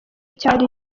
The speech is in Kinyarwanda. cyari